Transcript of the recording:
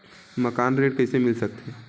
मकान ऋण कइसे मिल सकथे?